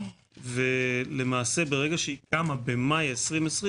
וברגע שהיא קמה במאי 2020,